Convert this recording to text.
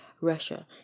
Russia